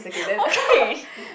okay